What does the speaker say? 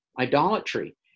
idolatry